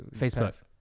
Facebook